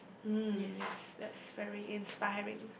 um yes that's very inspiring